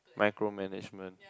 micro management